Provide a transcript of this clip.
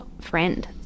friend